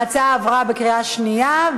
ההצעה עברה בקריאה שנייה.